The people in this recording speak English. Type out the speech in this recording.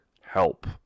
help